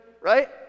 Right